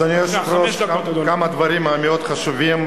אדוני היושב-ראש, כמה דברים מאוד חשובים.